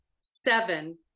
seven